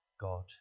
God